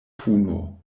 puno